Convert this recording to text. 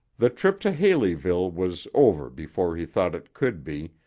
the trip to haleyville was over before he thought it could be,